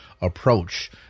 approach